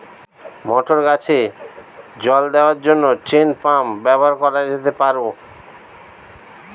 মটর গাছে জল দেওয়ার জন্য চেইন পাম্প ব্যবহার করা যেতে পার?